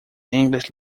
english